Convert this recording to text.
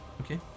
Okay